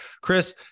Chris